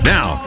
Now